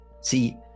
see